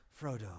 Frodo